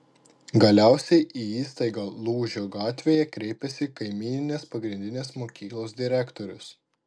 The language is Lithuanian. galiausiai į įstaigą lūžio gatvėje kreipiasi kaimyninės pagrindinės mokyklos direktorius